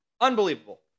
unbelievable